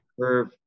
curve